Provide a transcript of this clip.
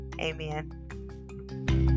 Amen